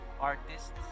artists